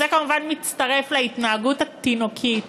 זה, כמובן, מצטרף להתנהגות התינוקית